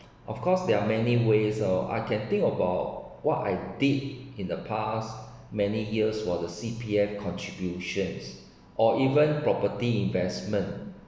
of course there are many ways uh I can think about what I did in the past many years while the C_P_F contributions or even property investment